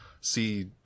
see